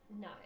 no